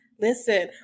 listen